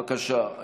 בבקשה.